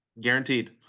Guaranteed